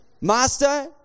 Master